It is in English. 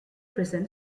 prison